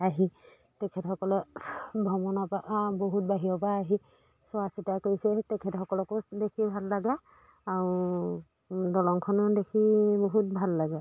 আহি তেখেতসকলে ভ্ৰমণৰ পৰা বহুত বাহিৰৰ পৰা আহি চোৱা চিতা কৰিছে তেখেতসকলকো দেখি ভাল লাগে আৰু দলংখনো দেখি বহুত ভাল লাগে